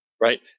Right